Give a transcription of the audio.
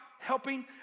helping